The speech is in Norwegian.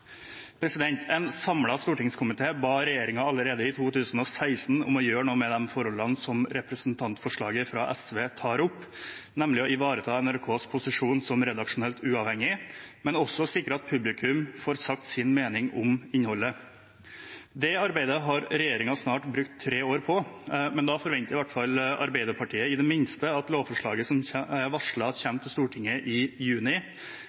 En samlet stortingskomité ba regjeringen allerede i 2016 om å gjøre noe med forholdene som representantforslaget fra SV tar opp, nemlig å ivareta NRKs posisjon som redaksjonelt uavhengig, men også sikre at publikum får sagt sin mening om innholdet. Det arbeidet har regjeringen snart brukt tre år på. Da forventer i hvert fall Arbeiderpartiet at lovforslaget som er varslet å komme til Stortinget i juni, i det minste kvitterer ut anmodningsvedtakene fra den gang. Arbeiderpartiet er